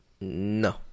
No